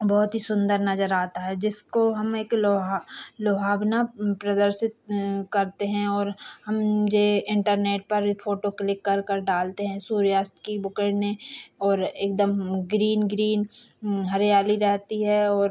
बहुत ही सुन्दर नज़र आता है जिसको हम एक लोहा लुभावना प्रदर्शित करते हैं और हम जो इन्टरनेट पर ही फ़ोटो क्लिक कर कर डालते हैं सूर्यास्त की ने ओर एकदम ग्रीन ग्रीन हरियाली रहती है और